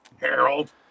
Harold